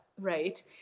right